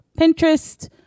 Pinterest